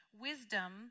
wisdom